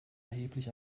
erheblich